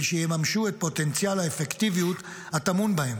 שיממשו את פוטנציאל האפקטיביות הטמון בהם: